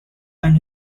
and